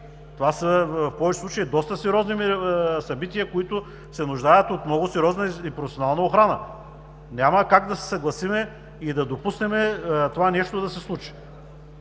Това са в повечето случаи доста сериозни събития, които се нуждаят от много сериозна и професионална охрана. Няма как да се съгласим и да допуснем това нещо да се случи.